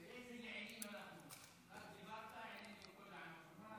תראה איזה יעילים אנחנו: רק דיברת, העלינו אותו.